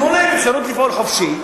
תנו להם אפשרות לפעול חופשי,